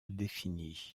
définies